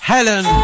Helen